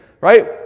right